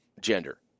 gender